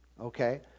okay